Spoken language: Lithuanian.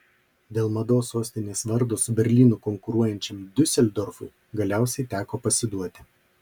dėl mados sostinės vardo su berlynu konkuruojančiam diuseldorfui galiausiai teko pasiduoti